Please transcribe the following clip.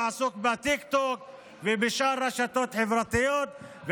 הוא עסוק בטיקטוק ובשאר רשתות חברתיות.